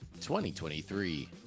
2023